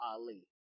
Ali